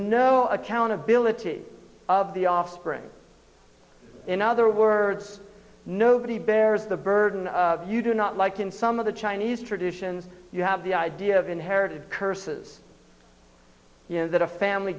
no accountability of the offspring in other words nobody bears the burden you do not like in some of the chinese traditions you have the idea of inherited curses that a family